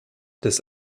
des